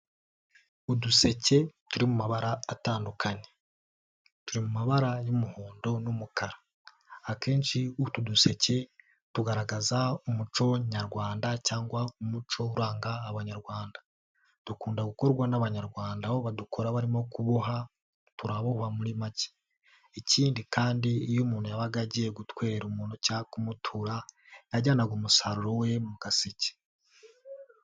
Uduseke turi mu mabara atandukanye turi mu mabara y'umuhondo n'umukara akenshi utu duseke tugaragaza umuco nyarwanda cyangwa umuco uranga abanyarwanda dukunda gukorwa n'abanyarwanda aho badukora barimo kuboha turarabowa muri make, ikindi kandi iyo umuntu yabaga agiye gutwerera umuntu cyangwa kumutura yajyanaga umusaruro we mu gaseke.